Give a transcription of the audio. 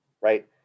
right